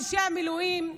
אנשי המילואים,